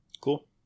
Cool